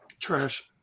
Trash